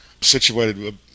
situated